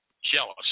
Jealous